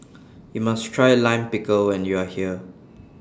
YOU must Try Lime Pickle when YOU Are here